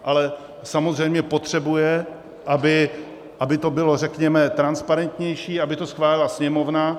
Ale samozřejmě potřebuje, aby to bylo, řekněme, transparentnější, aby to schválila Sněmovna.